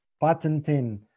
patenting